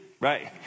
right